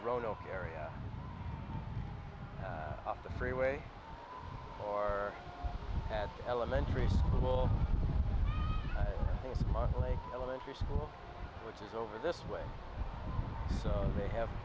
roanoke area off the freeway or at elementary school like elementary school which is over this way they have